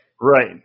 Right